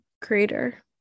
creator